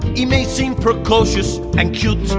he may seem precocious and cute